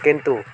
କିନ୍ତୁ